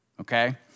okay